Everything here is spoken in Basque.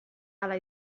hala